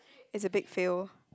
it's a big fail